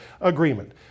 agreement